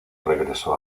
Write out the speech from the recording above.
regresó